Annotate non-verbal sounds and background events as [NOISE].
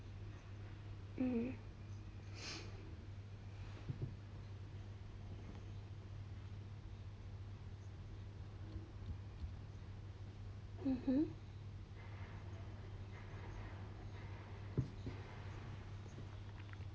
mm [BREATH] okay mmhmm